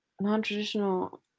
Non-traditional